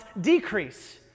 decrease